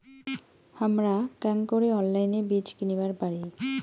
হামরা কেঙকরি অনলাইনে বীজ কিনিবার পারি?